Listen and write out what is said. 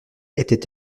était